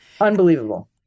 Unbelievable